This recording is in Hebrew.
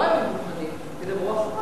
ידברו אחרי,